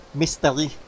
mystery